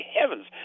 heavens